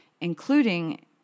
including